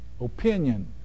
Opinion